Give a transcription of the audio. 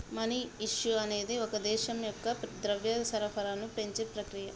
money issue అనేది ఒక దేశం యొక్క ద్రవ్య సరఫరాను పెంచే ప్రక్రియ